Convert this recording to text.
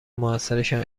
موثرشان